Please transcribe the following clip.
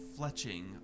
fletching